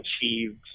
achieved